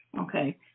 Okay